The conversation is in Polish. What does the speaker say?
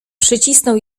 przycisnął